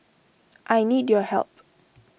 I need your help